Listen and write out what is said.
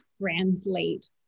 translate